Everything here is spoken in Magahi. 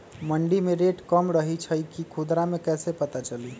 मंडी मे रेट कम रही छई कि खुदरा मे कैसे पता चली?